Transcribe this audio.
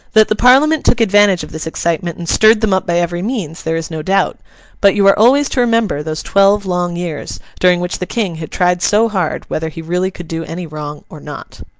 that the parliament took advantage of this excitement and stirred them up by every means, there is no doubt but you are always to remember those twelve long years, during which the king had tried so hard whether he really could do any wrong or not.